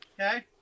Okay